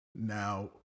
Now